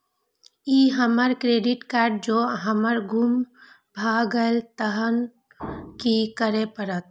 ई हमर credit card जौं हमर गुम भ गेल तहन की करे परतै?